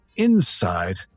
inside